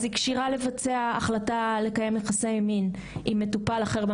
אז היא כשירה לבצע החלטה לקיים יחסי מין עם מטופל אחר במחלקה?